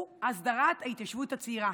הוא הסדרת ההתיישבות הצעירה,